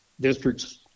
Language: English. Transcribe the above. districts